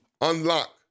unlock